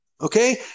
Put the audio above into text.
Okay